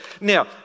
Now